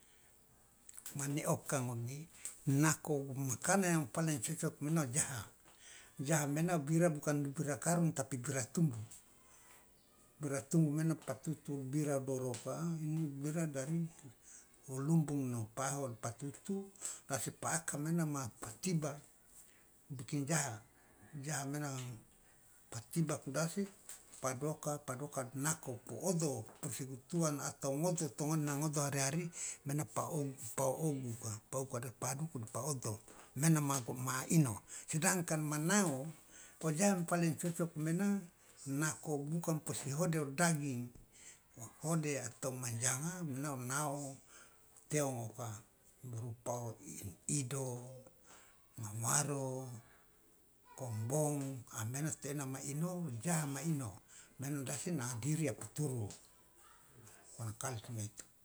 Mane oka ngomi nako makanan yang paling i cocok mena o jaha jaha mena bira bukan bira karong tapi bira tumbu bira tumbu mena patutu bira doroka ini bira dari lumbung no paho de patutu de asa paaka maena ma pa tiba bikin jaha jaha maena patibaku dase padoka padoka nako poodo posi atau ngodo tongon nanga odo hari hari mane pa pa oguka pa oguka de pa adoku de pa odo mena ma ino sedangkan ma nao o jaha paling cocok mena nako bukang posi hode o daging ode atau manjanga mane o nao teongoka berupa o ido ngawaro kombong mane to ena ma ino jaha ma ino mane de ase nanga diri ya puturu.